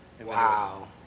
Wow